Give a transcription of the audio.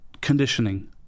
conditioning